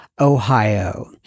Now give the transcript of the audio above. Ohio